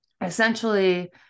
essentially